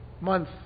month